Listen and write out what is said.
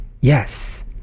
yes